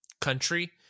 country